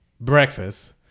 breakfast